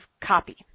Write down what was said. copy